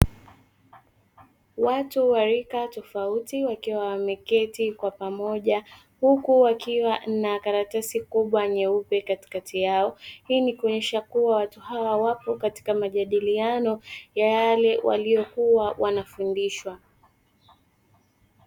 Watu wa rika tofauti wakiwa wameketi kwa pamoja, huku wakiwa na karatasi kubwa nyeupe katikati yao. Hii ni kuonyesha kuwa watu hawa wapo katika majadiliano wa yale waliokuwa wanafundishwa.